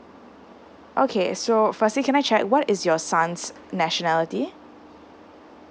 okay so firstly can I check what is your son's nationality